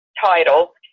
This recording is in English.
title